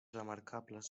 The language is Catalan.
remarcables